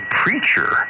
preacher